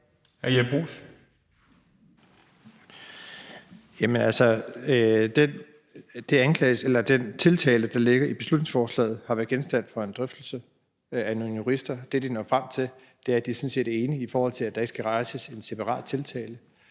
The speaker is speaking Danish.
Bruus (S): Den tiltale, der ligger i beslutningsforslaget, har været genstand for en drøftelse blandt nogle jurister. Det, de når frem til, er, at de sådan set er enige om, at der ikke skal rejses en separat tiltale.